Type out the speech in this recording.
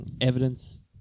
evidence